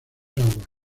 aguas